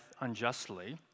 unjustly